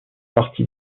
partie